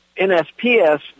NSPS